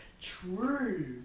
True